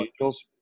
Angels